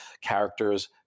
characters